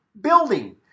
building